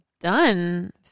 done